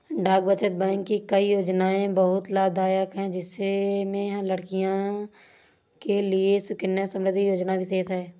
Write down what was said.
डाक बचत बैंक की कई योजनायें बहुत लाभदायक है जिसमें लड़कियों के लिए सुकन्या समृद्धि योजना विशेष है